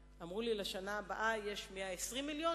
ואתה מתחייב לא רק לשנתיים הקרובות,